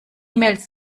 mails